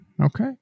Okay